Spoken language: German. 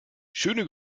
schöne